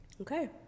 Okay